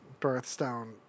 birthstone